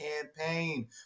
campaign